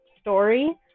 story